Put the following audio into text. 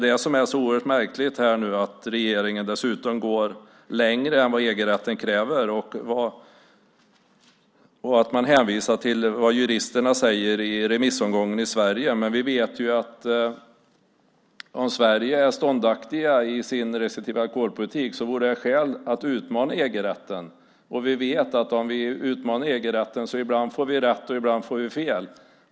Det oerhört märkliga är att regeringen går längre än vad EG-rätten kräver och hänvisar till vad juristerna i Sverige säger i remissvaren. Om Sverige vore ståndaktigt i sin restriktiva alkoholpolitik borde vi utmana EG-rätten. Om vi utmanar EG-rätten vet vi att vi ibland får rätt och ibland fel.